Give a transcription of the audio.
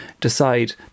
decide